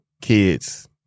kids